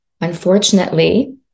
Unfortunately